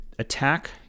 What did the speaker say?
Attack